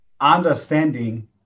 understanding